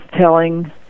telling